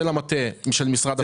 של מטה משרד הפנים.